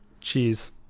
Cheese